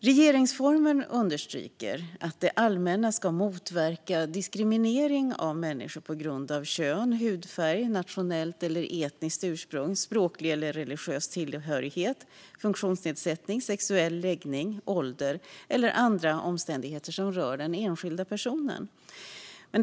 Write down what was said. Regeringsformen understryker att det allmänna ska motverka diskriminering av människor på grund av kön, hudfärg, nationellt eller etniskt ursprung, språklig eller religiös tillhörighet, funktionsnedsättning, sexuell läggning, ålder eller andra omständigheter som rör den enskilde personen.